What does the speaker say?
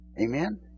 Amen